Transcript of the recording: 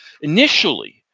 initially